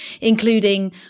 including